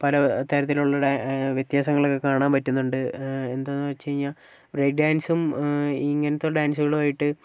പലതരത്തിലുള്ള വ്യത്യാസങ്ങളൊക്കെ കാണാൻ പറ്റുന്നുണ്ട് എന്താന്നു വെച്ച് കഴിഞ്ഞാൽ ബ്രേക്ക് ഡാൻസും ഇങ്ങനത്തെ ഡാൻസുകളുമായിട്ട്